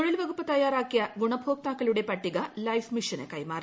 തൊഴിൽവകുപ്പ് തയ്യാറാക്കിയ ഗുണഭോക്താക്കളുടെ പട്ടിക ലൈഫ് മിഷന് കൈമാറി